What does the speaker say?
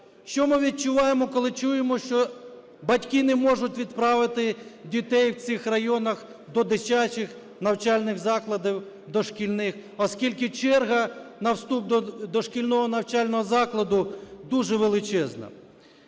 Що ми відчуваємо, коли чуємо, що батьки не можуть відправити дітей в цих районах до дитячих навчальних закладів дошкільних, оскільки черга на вступ до дошкільного навчального закладу дуже величезна?